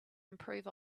improve